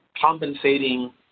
compensating